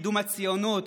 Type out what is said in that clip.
לקידום הציונות,